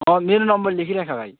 अँ मेरो नम्बर लेखिराख भाइ